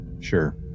Sure